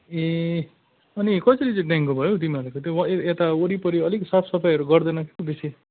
ए अनि कसरी चाहिँ डेङ्गु भयो हौ तिमीहरूको त्यो वा यता वरिपरि अलिक साफसफाइहरू गर्दैन क्या हौ बेसी